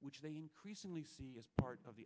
which they increasingly see as part of the